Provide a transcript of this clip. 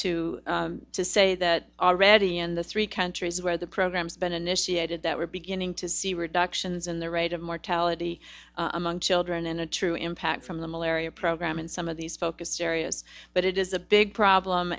pleased to say that already in the three countries where the program's been initiated that we're beginning to see reductions in the rate of mortality among children and the true impact from the malaria program in some of these focus areas but it is a big problem